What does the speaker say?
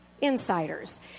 Insiders